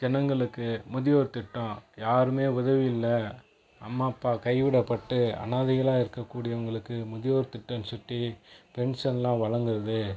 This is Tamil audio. ஜனங்களுக்கு முதியோர் திட்டம் யாருமே உதவி இலலை அம்மா அப்பா கைவிடப்பட்டு அனாதைகளாக இருக்கக்கூடியவங்களுக்கு முதியோர் திட்டம் சுட்டி பென்ஷன்லாம் வழங்குகிறது